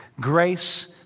Grace